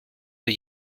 für